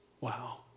Wow